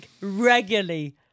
regularly